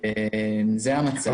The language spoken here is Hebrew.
זה המצב.